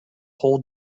whole